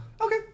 Okay